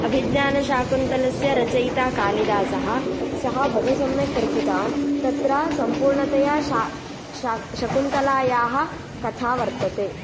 अभिज्ञानशाकुन्तलस्य रचयित कालिदासः सः बहु सम्यक् रचितवान् तत्र सम्पूर्णतया श शा शकुन्तलायाः कथा वर्तते